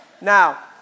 Now